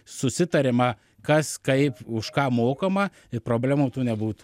susitariama kas kaip už ką mokama ir problemų tų nebūtų